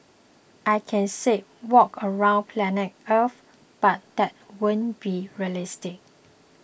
I can say walk around planet Earth but that wouldn't be realistic